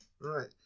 Right